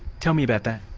tell me about that.